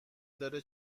داره